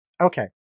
Okay